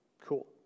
Cool